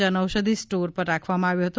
Janaushadhi store પર રાખવામાં આવ્યો હતો